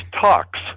talks